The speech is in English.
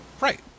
Right